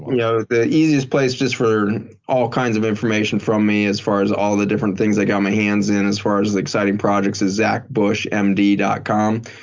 yeah the easiest place, just for all kinds of information from me as far as all the different things i got my hands in as far as exciting projects is zachbushmd um dot com.